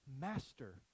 master